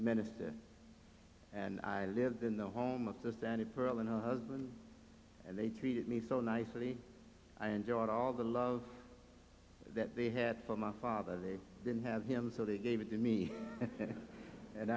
minister and i lived in the home of those danny pearl and her husband and they treated me so nicely i enjoyed all the love that they had for my father they didn't have him so they gave it to me and